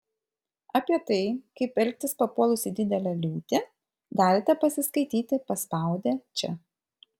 apie tai kaip elgtis papuolus į didelę liūtį galite pasiskaityti paspaudę čia